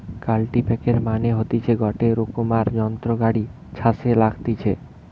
কাল্টিপ্যাকের মানে হতিছে গটে রোকমকার যন্ত্র গাড়ি ছাসে লাগতিছে